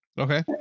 Okay